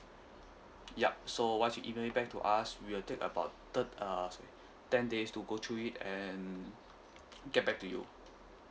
yup so once you emailed it back to us we will take about thi~ uh sorry ten days to go through it and get back to you